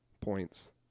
points